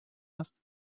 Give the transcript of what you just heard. hast